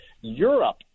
Europe